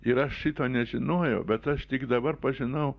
ir aš šito nežinojau bet aš tik dabar pažinau